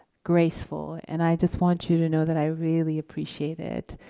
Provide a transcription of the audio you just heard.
graceful and i just want you to know that i really appreciate it.